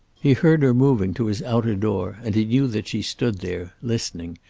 he heard her moving to his outer door, and he knew that she stood there, listening,